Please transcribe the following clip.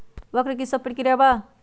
वक्र कि शव प्रकिया वा?